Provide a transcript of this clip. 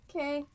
Okay